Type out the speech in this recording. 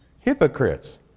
Hypocrites